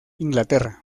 inglaterra